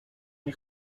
nie